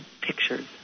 pictures